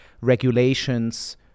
regulations